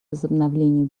возобновлению